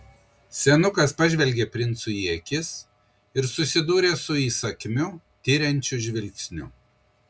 senukas pažvelgė princui į akis ir susidūrė su įsakmiu tiriančiu žvilgsniu